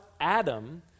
Adam